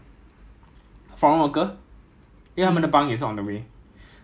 if they are not taking one seven two I don't know why they want to take nine seven five somehow somewhere